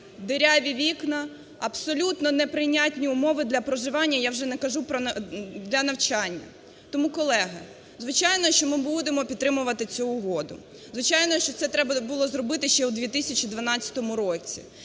діряві вікна, абсолютно неприйнятні умови для проживання, я вже не кажу, для навчання. Тому, колеги, звичайно, що ми будемо підтримувати цю угоду, звичайно, що це треба було зробити ще в 2012 році.